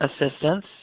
assistance